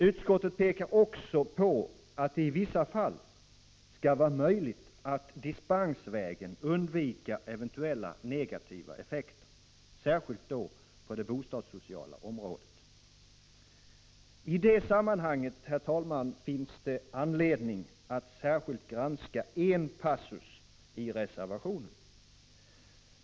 Utskottet pekar också på att det i vissa fall skall vara möjligt att dispensvägen undvika eventuella negativa effekter, särskilt på det bostadssociala området. I det sammanhanget finns det anledning att särskilt granska en passus i reservationen.